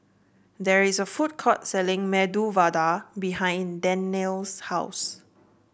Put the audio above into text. there is a food court selling Medu Vada behind Danyel's house